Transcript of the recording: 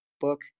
book